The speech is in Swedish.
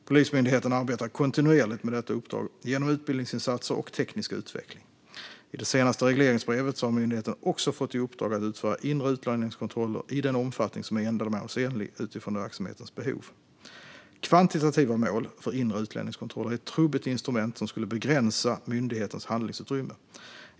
Polismyndigheten arbetar kontinuerligt med detta uppdrag genom utbildningsinsatser och teknisk utveckling. I det senaste regleringsbrevet har myndigheten också fått i uppdrag att utföra inre utlänningskontroller i den omfattning som är ändamålsenlig utifrån verksamhetens behov. Kvantitativa mål för inre utlänningskontroller är ett trubbigt instrument som skulle begränsa myndighetens handlingsutrymme.